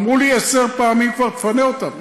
אמרו לי עשרות פעמים כבר: פנה אותם,